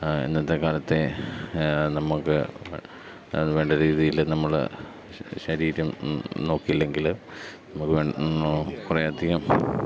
ഇന്നത്തെ കാലത്തെ നമുക്ക് വേണ്ട രീതിയിൽ നമ്മൾ ശരീരം നോക്കിയില്ലെങ്കിൽ നമുക്ക് കുറേ അധികം